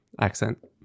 accent